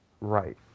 right